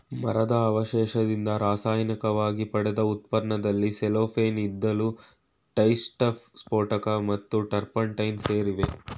ಮರದ ಅವಶೇಷದಿಂದ ರಾಸಾಯನಿಕವಾಗಿ ಪಡೆದ ಉತ್ಪನ್ನದಲ್ಲಿ ಸೆಲ್ಲೋಫೇನ್ ಇದ್ದಿಲು ಡೈಸ್ಟಫ್ ಸ್ಫೋಟಕ ಮತ್ತು ಟರ್ಪಂಟೈನ್ ಸೇರಿವೆ